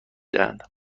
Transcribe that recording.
دهند